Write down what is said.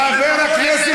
חבר הכנסת